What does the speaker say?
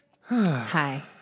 Hi